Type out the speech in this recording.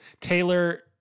Taylor